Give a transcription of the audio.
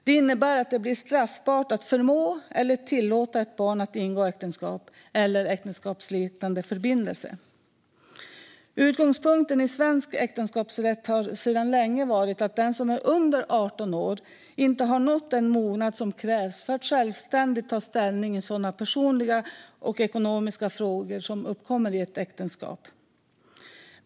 Det innebär att det blir straffbart att förmå eller tillåta ett barn att ingå äktenskap eller äktenskapsliknande förbindelse. Utgångspunkten i svensk äktenskapsrätt har sedan länge varit att den som är under 18 år inte har nått den mognad som krävs för att självständigt ta ställning i sådana personliga och ekonomiska frågor som uppkommer i ett äktenskap.